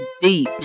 deep